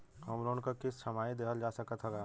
Home loan क किस्त छमाही देहल जा सकत ह का?